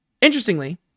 Interestingly